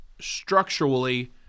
structurally